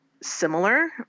similar